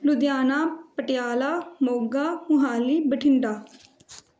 Ludhiana Patiala Moga Mohali Bathinda